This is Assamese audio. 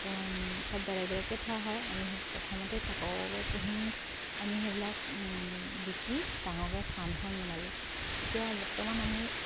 পোহ চব বেলেগ বেলেগকে থোৱা হয় আমি সেই প্ৰথমতে তাকৰকে পুহি আমি সেইবিলাক বিকি ডাঙৰকে ফাৰ্ম এখন বনালোঁ এতিয়া বৰ্তমান আমি